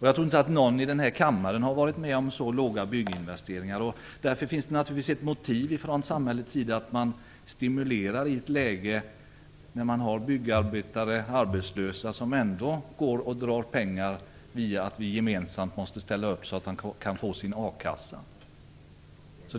Jag tror inte att någon i den här kammaren har varit med om så låga bygginvesteringar. Därför finns det ett motiv från samhällets sida att stimulera byggandet. Byggarbetare går arbetslösa och kostar ändå pengar, eftersom vi gemensamt måste ställa upp så att de kan få sin akassa.